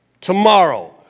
Tomorrow